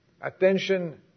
attention